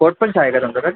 coat पण आहे का तुमच्याकडं